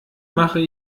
mache